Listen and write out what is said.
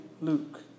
Luke